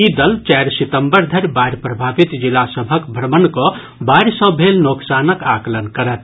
ई दल चारि सितम्बर धरि बाढ़ि प्रभावित जिला सभक भ्रमण कऽ बाढ़ि सँ भेल नोकसानक आकलन करत